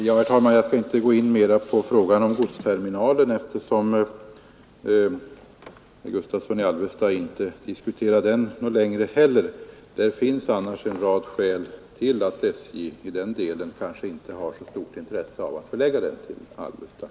Herr talman! Jag skall inte gå in mera på frågan om godsterminalen, eftersom herr Gustavsson i Alvesta inte längre diskuterar den. Det finns annars en rad skäl till att SJ kanske inte har så stort intresse av att förlägga den till Alvesta.